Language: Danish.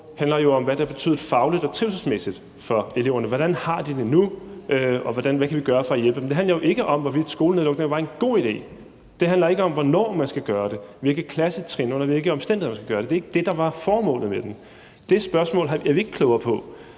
handler jo om, hvad det har betydet fagligt og trivselsmæssigt for eleverne. Hvordan har de det nu, og hvad kan vi gøre for at hjælpe dem? Den handler jo ikke om, hvorvidt skolenedlukningerne var en god idé. Det handler ikke om, hvornår man skal gøre det, eller på hvilke klassetrin eller under hvilke omstændigheder man skal gøre det. Det er ikke det, der er formålet med den. Det spørgsmål er vi ikke blevet klogere på.